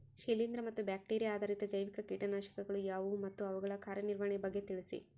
ಶಿಲೇಂದ್ರ ಮತ್ತು ಬ್ಯಾಕ್ಟಿರಿಯಾ ಆಧಾರಿತ ಜೈವಿಕ ಕೇಟನಾಶಕಗಳು ಯಾವುವು ಮತ್ತು ಅವುಗಳ ಕಾರ್ಯನಿರ್ವಹಣೆಯ ಬಗ್ಗೆ ತಿಳಿಸಿ?